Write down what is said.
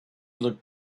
look